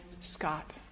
Scott